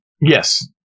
Yes